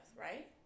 right